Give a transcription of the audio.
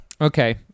Okay